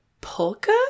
Polka